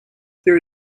there